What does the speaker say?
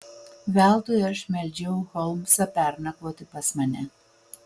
veltui aš meldžiau holmsą pernakvoti pas mane